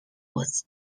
was